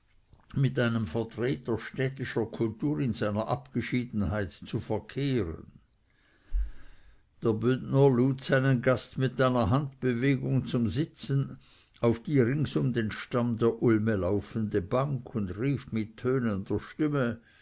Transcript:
mit einem vertreter städtischer kultur in seiner abgeschiedenheit zu verkehren der bündner lud seinen gast mit einer handbewegung zum sitzen ein auf die rings um den stamm der ulme laufende bank und rief mit tönender stimme